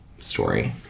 story